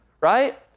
right